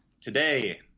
today